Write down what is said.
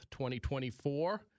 2024